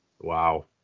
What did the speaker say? Wow